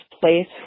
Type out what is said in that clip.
place